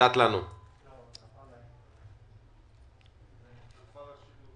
הוא הועבר בצורה ידנית,